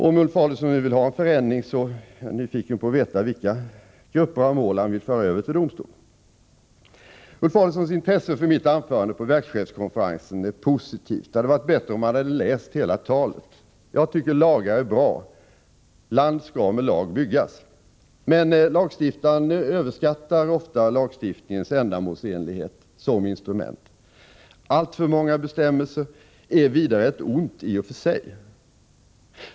Om Ulf Adelsohn vill ha en förändring så är jag nyfiken på att få höra vilka grupper av mål han vill föra över till domstol. Ulf Adelsohns intresse för mitt anförande på verkschefskonferensen är positivt. Det hade dock varit bättre om han hade läst hela talet. Jag tycker lagar är bra — land skall med lag byggas — men lagstiftaren överskattar ofta lagstiftningens ändamålsenlighet som instrument. Alltför många bestämmelser är vidare ett ont i sig.